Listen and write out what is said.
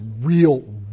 real